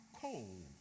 cold